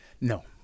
No